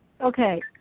Okay